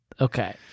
Okay